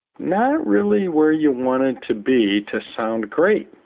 not really where you want it to be to sound great.